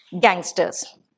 gangsters